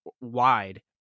wide